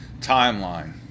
timeline